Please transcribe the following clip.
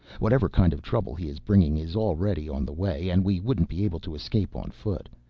whatever kind of trouble he is bringing is already on the way and we wouldn't be able to escape on foot.